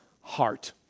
heart